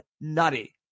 nutty